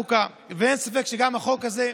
אין ספק שגם החוק הזה,